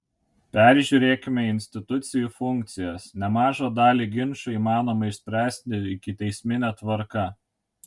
peržiūrėkime institucijų funkcijas nemažą dalį ginčų įmanoma išspręsti ikiteismine tvarka